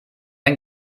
ein